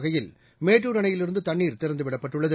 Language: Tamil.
வகையில்மேட்டுர் அணையிலிருந்துதண்ணீர் திறந்துவிடப்பட்டுள்ளது